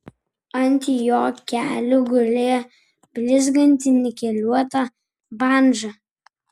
ant jo kelių gulėjo blizganti nikeliuota bandža